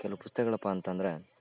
ಕೆಲವು ಪುಸ್ತಕ್ಗಳಪ್ಪ ಅಂತಂದರೆ